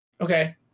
Okay